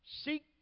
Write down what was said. Seek